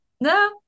No